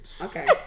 Okay